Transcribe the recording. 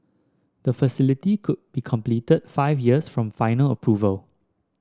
the facility could be completed five years from final approval